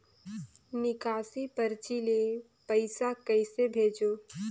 निकासी परची ले पईसा कइसे भेजों?